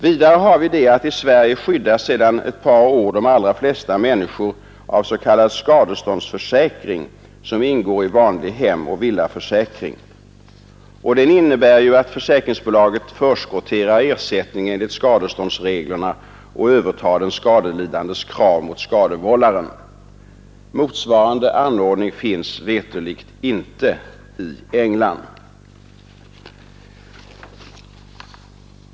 Vidare skyddas i Sverige sedan ett par år de allra flesta människor av s.k. skadeståndsförsäkring, som ingår i vanlig hemoch villaförsäkring. Det innebär att försäkringsbolaget förskotterar ersättning enligt skadeståndsreglerna och övertar den skadelidandes krav mot skadevållaren. Motsvarande anordning finns veterligt inte i England.